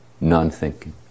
non-thinking